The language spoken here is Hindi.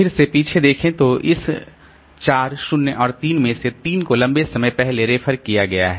फिर से पीछे देखें तो इस 4 0 और 3 में से 3 को लंबे समय पहले रेफर किया गया है